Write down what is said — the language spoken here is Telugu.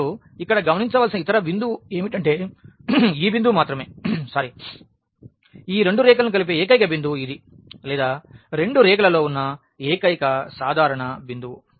మరియు ఇక్కడ గమనించవలసిన ఇతర బిందువు ఏమిటంటే ఈ బిందువు మాత్రమే ఈ రెండు రేఖలను కలిపే ఏకైక బిందువు ఇది లేదా రెండు రేఖలలో ఉన్న ఏకైక సాధారణ బిందువు